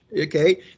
Okay